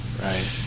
Right